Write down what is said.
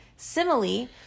simile